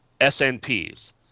SNPs